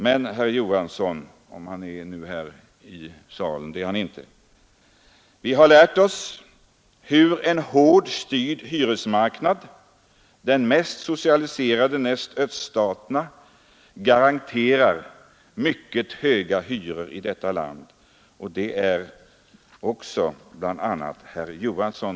Men, herr Johansson, vi har lärt oss hur en hårt styrd hyresmarknad, den mest socialiserade näst öststaternas, garanterar mycket höga hyror i detta land, och det är ett verk av bl.a. herr Johansson.